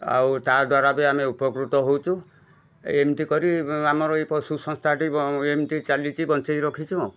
ଆଉ ତାଦ୍ୱାରା ବି ଆମେ ଉପକୃତ ହେଉଛୁ ଏମିତି କରି ଆମର ଏଇ ପଶୁ ସଂସ୍ଥାଟି ବ ଏମତି ଚାଲିଛି ବଞ୍ଚେଇ ରଖିଛୁ ଆଉ